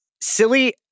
silly